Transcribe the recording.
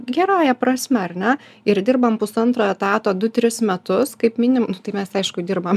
gerąja prasme ar ne ir dirbam pusantro etato du tris metus kaip minim nu tai mes aišku dirbam